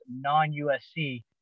non-USC